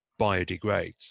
biodegrades